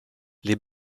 les